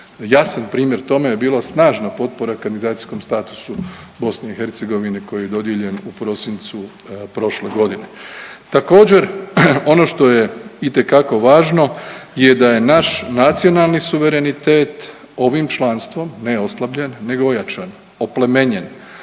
Jasan primjer tome je bilo snažna potpora kandidacijskom statusu BiH koji je dodijeljen u prosincu prošle godine. Također, ono što je itekako važno je da je naš nacionalni suverenitet ovim članstvom ne oslabljen nego ojačan, oplemenjen,